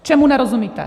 Čemu nerozumíte?